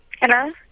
Hello